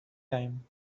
time